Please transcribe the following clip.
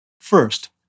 First